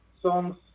songs